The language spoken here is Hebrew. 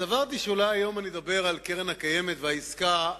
סברתי שאולי היום אני אדבר על הקרן הקיימת ועל העסקה,